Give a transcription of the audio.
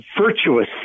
virtuous